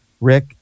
Rick